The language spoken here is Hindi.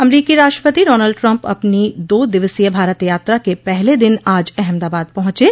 अमरीकी राष्ट्रपति डोनाल्ड ट्रंप अपने दो दिवसीय भारत यात्रा के पहले दिन आज अहमदाबाद पहुंचे